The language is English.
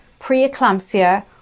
preeclampsia